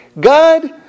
God